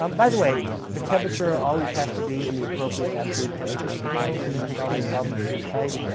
um by the way, the temperature always has to be in the appropriate absolute temperature scale when you're solving problems of this type.